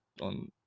on